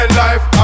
life